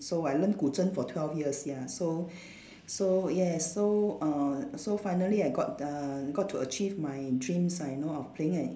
so I learn Guzheng for twelve years ya so so yes so uh so finally I got the got to achieve my dreams I know of playing an